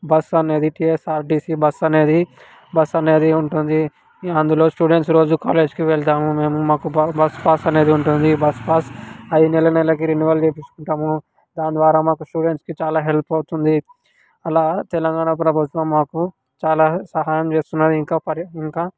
bus అనేది TSRTC bus అనేది bus అనేది ఉంటుంది అందులో స్టూడెంట్స్ రోజు కాలేజీకి వెళతాము మేము మాకు బస్ పాస్ అనేది ఉంటుంది బస్ పాస్ అది నెల నెలకి రెన్యూవల్ చేపించుకుంటాము దాని ద్వారా మాకు స్టూడెంట్స్కి చాలా హెల్ప్ అవుతుంది అలా తెలంగాణ ప్రభుత్వం మాకు చాలా సహాయం చేస్తున్నది ఇంకా పరి ఇంకా